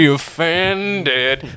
offended